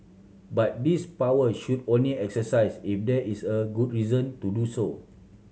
but this power should only exercised if there is a good reason to do so